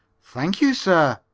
thank you, sir,